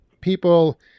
people